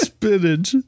Spinach